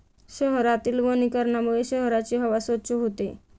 शहरातील वनीकरणामुळे शहराची हवा स्वच्छ होते